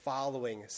following